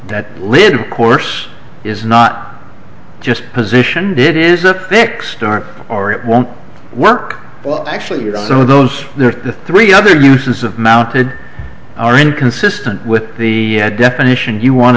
that lid course is not just positioned it is a fixed arm or it won't work well actually some of those there are three other uses of mounted are inconsistent with the definition you want